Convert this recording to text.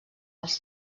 els